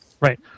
Right